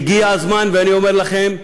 והגיע הזמן, ואני אומר לכם,